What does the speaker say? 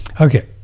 Okay